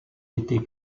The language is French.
été